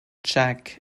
jack